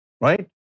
right